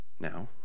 Now